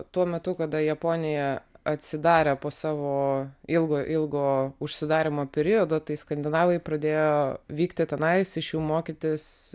tuo metu kada japonija atsidarė po savo ilgo ilgo užsidarymo periodo tai skandinavai pradėjo vykti tenais iš jų mokytis